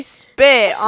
spit